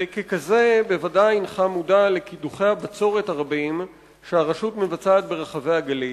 וככזה ודאי הינך מודע לקידוחי הבצורת הרבים שהרשות מבצעת ברחבי הגליל.